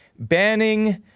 Banning